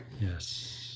yes